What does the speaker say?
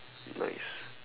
nice